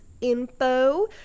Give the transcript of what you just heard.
info